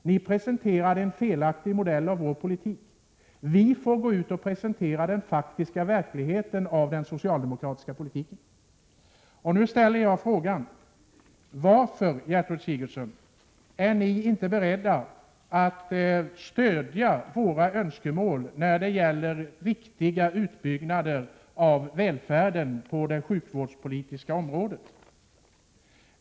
Ni presenterade en felaktig modell av vår politik — vi får gå ut och presentera den faktiska verklighet som blivit följden av den socialdemokratiska politiken. Nu ställer jag frågan: Varför, Gertrud Sigurdsen, är ni inte beredda att stödja våra önskemål om viktig utbyggnad av välfärden på det sjukvårdspolitiska området?